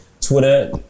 Twitter